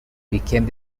became